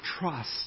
trust